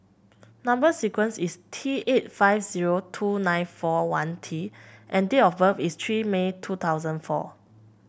number sequence is T eight five zero two nine four one T and date of birth is three May two thousand four